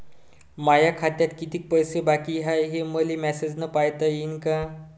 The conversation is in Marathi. माया खात्यात कितीक पैसे बाकी हाय, हे मले मॅसेजन पायता येईन का?